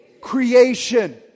creation